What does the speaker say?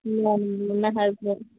نہ نہ حظ نہ